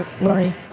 Lori